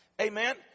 Amen